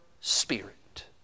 spirit